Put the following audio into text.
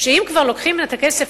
שאם כבר לוקחים את הכסף,